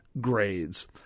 grades